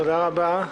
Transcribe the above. תודה רבה.